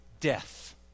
Death